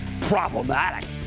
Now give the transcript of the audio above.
problematic